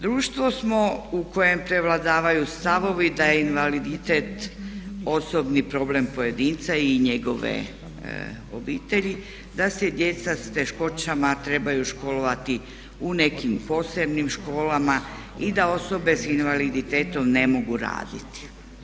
Društvo smo u kojem prevladavaju stavovi da je invaliditet osobni problem pojedinca i njegove obitelji, da se djeca s teškoćama trebaju školovati u nekim posebnim školama i da osobe sa invaliditetom ne mogu raditi.